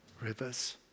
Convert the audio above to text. rivers